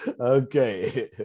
Okay